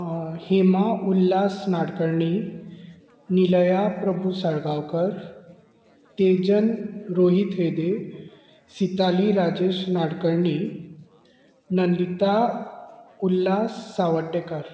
अ हेमा उल्हास नाडकर्णी निलया प्रभू साळगांवकर तेजन रोहीत हेदे सिताली राजेश नाडकर्णी नंदीता उल्हास सावर्डेकार